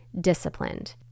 disciplined